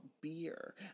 beer